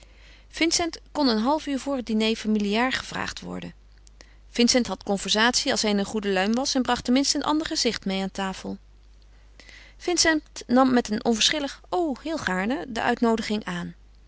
vincent kon een half uur voor het diner familiaar gevraagd worden vincent had conversatie als hij in een goede luim was en bracht ten minste een ander gezicht meê aan tafel vincent nam met een onverschillig o heel gaarne de uitnoodiging aan